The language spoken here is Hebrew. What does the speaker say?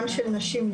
גם של נשים,